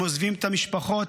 הם עוזבים את המשפחות,